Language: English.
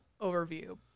overview